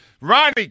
Ronnie